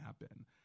happen